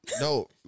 No